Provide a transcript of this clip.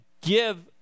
give